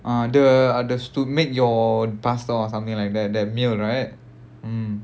ah the ah the to make your pasta or something like that that meal right mm